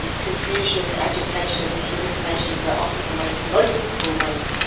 and confusion, agitation, hallucinations are often the most noticeable ones,